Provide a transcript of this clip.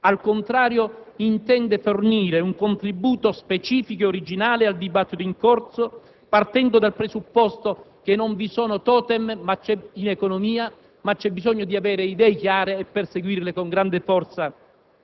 Al contrario, intende fornire un contributo specifico e originale al dibattito in corso, partendo dal presupposto che non vi sono totem in economia, ma che c'è bisogno di avere idee chiare e perseguirle con grande forza